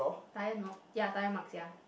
tire no ya tire mark sia